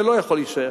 זה לא יכול להישאר.